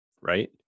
right